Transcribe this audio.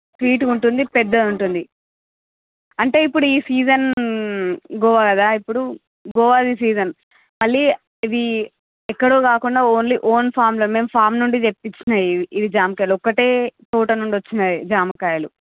sweet ఉంటుంది పెద్దగా ఉంటుంది అంటే ఇప్పుడు ఈ సీజన్ గువా కదా ఇప్పుడు గువా ది సీజన్ మళ్ళీ ఇది ఎక్కడో కాకుండా ఓన్లీ ఓన్ ఫామ్ లో మేము ఫామ్ నుండి తెప్పించుకునేది ఇది ఇవి జామకాయలు ఒకటే తోట నుండి వచ్చినాయి జామకాయలు